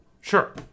Sure